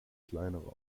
kleinere